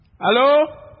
Hello